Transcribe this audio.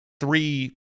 three